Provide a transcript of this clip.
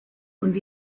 und